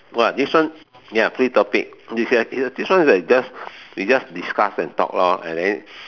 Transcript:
!wah! this one ya free topic this one is like just we just discuss and talk lor and then